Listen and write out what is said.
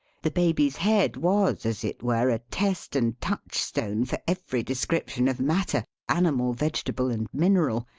the baby's head was, as it were, a test and touchstone for every description of matter, animal, vegetable, and mineral.